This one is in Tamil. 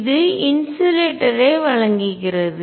இது இன்சுலேட்டர்ஸ் ஐ வழங்குகிறது